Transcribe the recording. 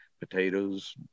potatoes